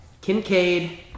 Kincaid